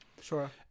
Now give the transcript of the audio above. Sure